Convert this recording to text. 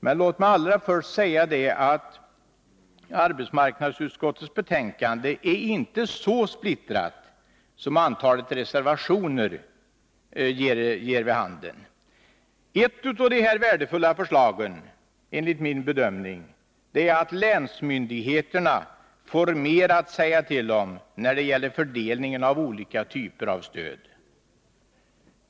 Men låt mig allra först säga att arbetsmarknadsutskottets betänkande inte är så splittrat som antalet reservationer ger vid handen. Ett av de värdefulla förslagen enligt min bedömning är att länsmyndigheterna får mer att säga till om när det gäller fördelning av olika typer av stöd.